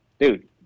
dude